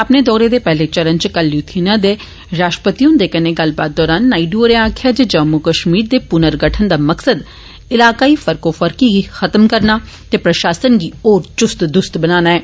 अपने दौरे दे पैहले चरण च कल लिथूआनिया दे राष्ट्रपति हुंदे कन्नै गल्लबात दौरान श्री नायडु होरें आखेआ जे जम्मू कश्मीर दे पुर्न गठन दा मकसद इलाकाई फर्कोफर्की गी खत्म करना ते प्रशासन गी होर चुस्त दुरूस्त बनाना ऐ